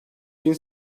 bin